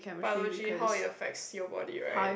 biology how it affects your body right